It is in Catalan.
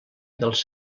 dels